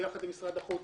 ביחד עם משרד החוץ,